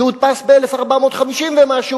שהודפס ב-1450 ומשהו,